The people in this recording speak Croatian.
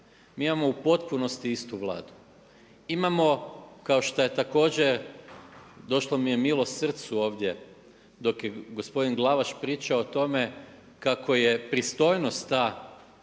Mi imamo u potpunosti istu Vladu. Imamo kao što je također došlo mi je milo srcu ovdje dok je gospodin Glavaš pričao o tome kako je pristojnost ta što